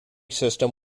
system